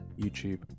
youtube